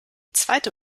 zweite